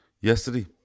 yesterday